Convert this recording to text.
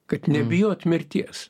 kad nebijot mirties